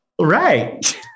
Right